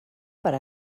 per